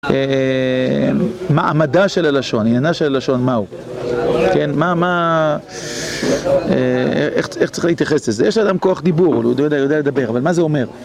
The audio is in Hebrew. מעמדה של הלשון, עניינה של הלשון, מה הוא? כן, מה, מה... איך צריך להתייחס לזה? יש לאדם כוח דיבור, הוא יודע לדבר, אבל מה זה אומר?